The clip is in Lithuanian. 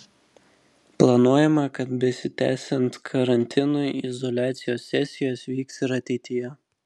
planuojama kad besitęsiant karantinui izoliacijos sesijos vyks ir ateityje